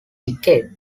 decade